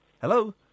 Hello